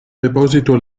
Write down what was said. deposito